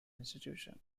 institution